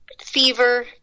fever